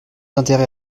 intérêt